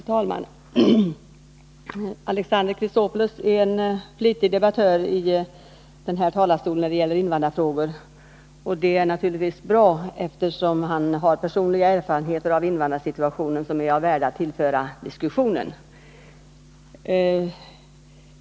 Herr talman! Alexander Chrisopoulos är en flitig debattör i den här talarstolen när det gäller invandrarfrågor. Det är naturligtvis bra, eftersom han har personliga erfarenheter av invandrarsituationen som det är av värde att tillföra diskussionen.